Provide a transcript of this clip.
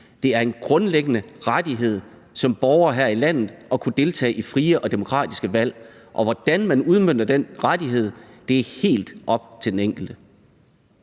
Det er en grundlæggende rettighed som borger her i landet at kunne deltage i frie og demokratiske valg. Hvordan man udmønter den rettighed, er helt op til den enkelte.